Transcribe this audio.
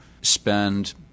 spend